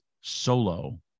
Solo